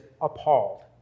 appalled